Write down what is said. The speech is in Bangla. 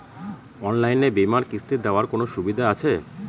অনলাইনে বীমার কিস্তি দেওয়ার কোন সুবিধে আছে?